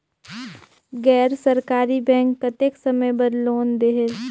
गैर सरकारी बैंक कतेक समय बर लोन देहेल?